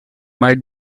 might